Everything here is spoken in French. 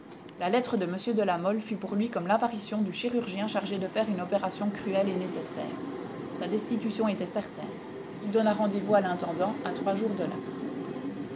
la lettre de m de la mole fut pour lui comme l'apparition du chirurgien chargé de faire une opération cruelle et nécessaire sa destitution était certaine il donna rendez-vous à l'intendant à trois jours de là